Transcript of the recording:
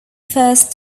first